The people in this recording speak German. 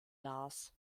las